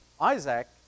Isaac